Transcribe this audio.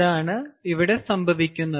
അതാണ് ഇവിടെ സംഭവിക്കുന്നത്